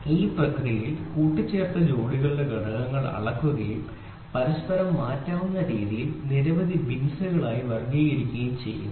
ഈ പ്രക്രിയയിൽ കൂട്ടിച്ചേർത്ത ജോഡികളുടെ ഘടകങ്ങൾ അളക്കുകയും പരസ്പരം മാറ്റാവുന്ന രീതിയിൽ നിരവധി ബിൻസുകളായി വർഗ്ഗീകരിക്കുകയും ചെയ്യുന്നു